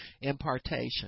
impartation